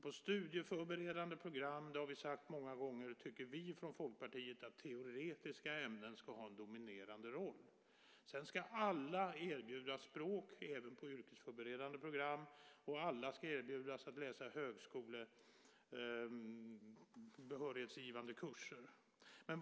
På studieförberedande program, det har vi sagt många gånger, tycker vi från Folkpartiet att teoretiska ämnen ska ha en dominerande roll. Alla ska erbjudas språk, även på yrkesförberedande program, och alla ska erbjudas att läsa högskolebehörighetsgivande kurser.